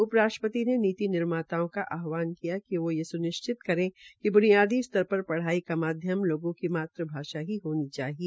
उपराष्ट्रपति ने नीति निर्माताओं का आहवान किया कि वो ये सुनिश्चित करें कि बुनियादी स्तर पर पढ़ाई का माध्यम लोगों की मातृ भाषा ही होनी चाहिए